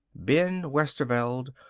ben westerveld,